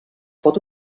pot